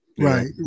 Right